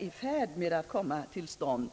i färd med att komma till stånd.